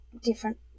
different